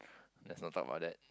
let's not talk about that